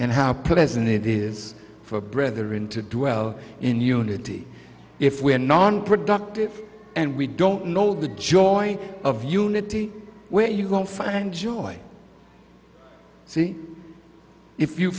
and how pleasant it is for a brother in to dwell in unity if we are nonproductive and we don't know the joy of unity where you won't find joy see if you